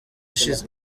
ishize